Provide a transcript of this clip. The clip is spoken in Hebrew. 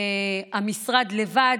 המשרד לבד,